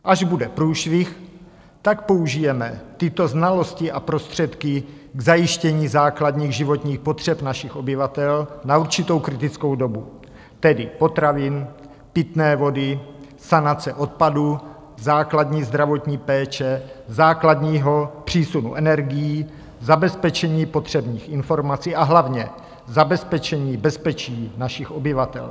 Až bude průšvih, použijeme tyto znalosti a prostředky k zajištění základních životních potřeb našich obyvatel na určitou kritickou dobu, tedy potravin, pitné vody, sanace odpadů, základní zdravotní péče, základního přísunu energií, zabezpečení potřebných informací, a hlavně zabezpečení bezpečí našich obyvatel.